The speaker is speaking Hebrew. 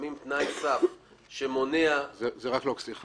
שמים תנאי סף שמונע --- סליחה,